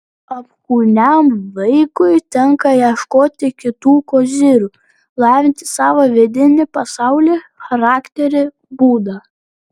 apkūniam vaikui tenka ieškoti kitų kozirių lavinti savo vidinį pasaulį charakterį būdą